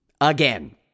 Again